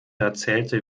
erzählte